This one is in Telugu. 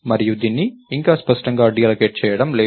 మీరు దీన్ని ఇంకా స్పష్టంగా డీఅల్లోకేట్ చేయడం లేదు